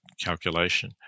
calculation